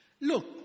Look